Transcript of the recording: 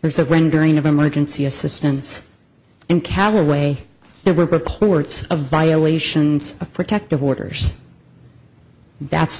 there's a rendering of emergency assistance in callaway there were ports of violations of protective orders that's